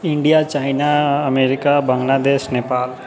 India China America Bangladesh Nepal